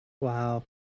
wow